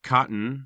Cotton